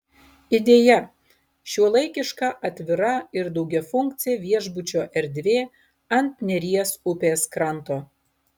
idėja šiuolaikiška atvira ir daugiafunkcė viešbučio erdvė ant neries upės kranto